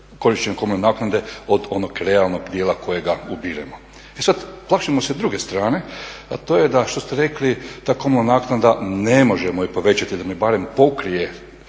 korištenja komunalne naknade od onog realnog dijela kojega ubiremo. E sad, plašimo se druge strane, a to je da što ste rekli ta komunalna naknada ne možemo je povećati da barem pokrije